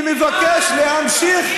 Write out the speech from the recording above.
שמבקש להמשיך,